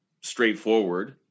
straightforward